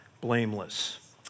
blameless